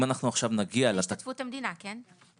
אם אנחנו עכשיו נגיע --- בהשתתפות המדינה, כן?